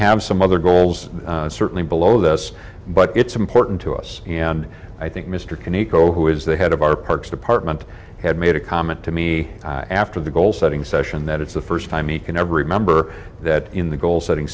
have some other goals certainly below this but it's important to us and i think mr can eco who is the head of our parks department had made a comment to me after the goal setting session that it's the first time he can ever remember that in the goal setting